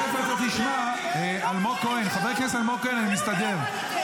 חבר הכנסת שטרן, אני שמעתי אותך בשקט.